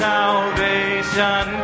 Salvation